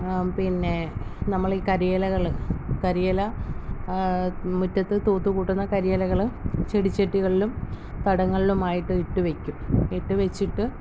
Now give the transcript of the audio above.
പിന്നെ നമ്മൾ ഈ കരയിലകൾ കരിയില മുറ്റത്ത് തൂത്തുകുട്ടുന്ന കരിയിലകൾ ചെടിച്ചട്ടികളിലും തടങ്ങളിലും ആയിട്ട് ഇട്ടുവയ്ക്കും ഇട്ട് വെച്ചിട്ട്